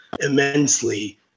immensely